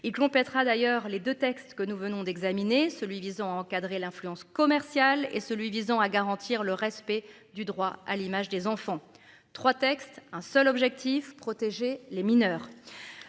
Il complétera d'ailleurs les deux textes que nous venons d'examiner celui visant à encadrer l'influence commerciale et celui visant à garantir le respect du droit à l'image des enfants. 3 textes. Un seul objectif, protéger les mineurs.